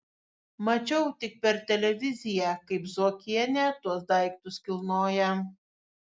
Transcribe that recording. mačiau tik per televiziją kaip zuokienė tuos daiktus kilnoja